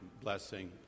blessing